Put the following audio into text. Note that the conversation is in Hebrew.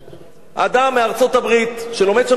אדם מארצות-הברית שלומד שם משפטים,